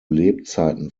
lebzeiten